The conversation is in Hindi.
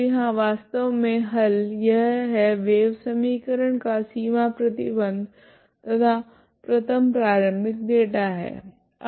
तो यहाँ वास्तव मे हल यह है वेव समीकरण का सीमा प्रतिबंध तथा प्रथम प्रारम्भिक डेटा है